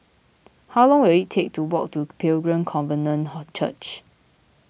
how long will it take to walk to Pilgrim Covenant Church